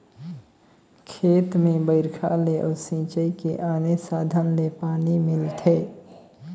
खेत में बइरखा ले अउ सिंचई के आने साधन ले पानी मिलथे